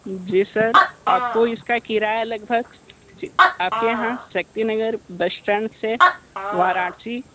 जी sir आपको इसका किराया लगभग आपके यहाँ शक्तिनगर बस स्टैन्ड से वाराणसी